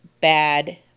bad